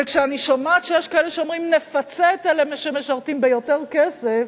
וכשאני שומעת שיש כאלה שאומרים: נפצה את אלה שמשרתים ביותר כסף,